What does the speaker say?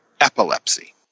epilepsy